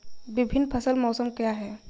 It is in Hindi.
विभिन्न फसल मौसम क्या हैं?